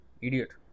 idiot